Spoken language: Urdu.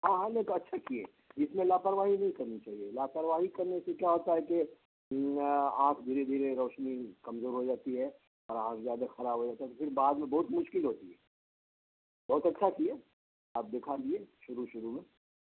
ہاں ہاں نے تو اچھا کیے اس میں لاپرواہی نہیں کرنی چاہیے لاپرواہی کرنے سے کیا ہوتا ہے کہ آنکھ دھیرے دھیرے روشنی کمزور ہو جاتی ہے اور آنکھ زیادہ خراب ہوجاتا ہے تو پھر بعد میں بہت مشکل ہوتی ہے بہت اچھا کیے آپ دکھا دیے شروع شروع میں